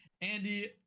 Andy